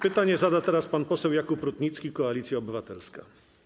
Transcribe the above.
Pytanie zada teraz pan poseł Jakub Rutnicki, Koalicja Obywatelska.